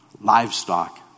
livestock